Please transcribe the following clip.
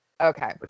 okay